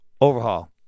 Overhaul